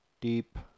Deep